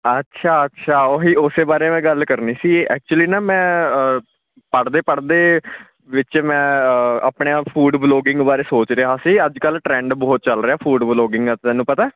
ਅੱਛਾ ਅੱਛਾ ਉਹੀ ਉਸੇ ਬਾਰੇ ਮੈਂ ਗੱਲ ਕਰਨੀ ਸੀ ਐਕਚੁਲੀ ਨਾ ਮੈਂ ਪੜ੍ਹਦੇ ਪੜ੍ਹਦੇ ਵਿੱਚ ਮੈਂ ਆਪਣੇ ਆਹ ਫੂਡ ਵਲੋਗਿੰਗ ਬਾਰੇ ਸੋਚ ਰਿਹਾ ਸੀ ਅੱਜ ਕੱਲ੍ਹ ਟਰੈਂਡ ਬਹੁਤ ਚੱਲ ਰਿਹਾ ਫੂਡ ਵਲੋਗਿੰਗ ਦਾ ਤੈਨੂੰ ਪਤਾ